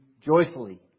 joyfully